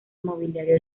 mobiliario